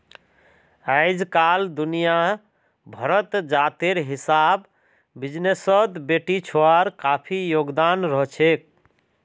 अइजकाल दुनिया भरत जातेर हिसाब बिजनेसत बेटिछुआर काफी योगदान रहछेक